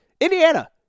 Indiana